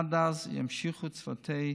עד אז ימשיכו צוותי